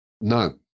None